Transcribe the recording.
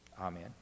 Amen